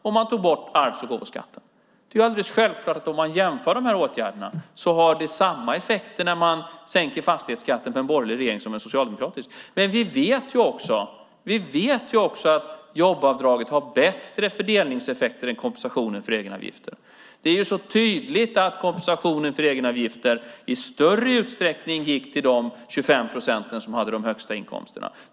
Och man tog bort arvs och gåvoskatten. När man jämför dessa åtgärder har det självklart samma effekt ifall en borgerlig regering sänker fastighetsskatten som ifall en socialdemokratisk regering gör det. Samtidigt vet vi att jobbskatteavdraget har bättre fördelningseffekter än kompensationen för egenavgifterna. Det är alldeles tydligt att kompensationen för egenavgifter i större utsträckning gick till de 25 procent som hade de högsta inkomsterna.